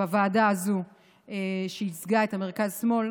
בוועדה הזו שייצגה את המרכז-שמאל,